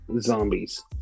zombies